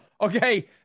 Okay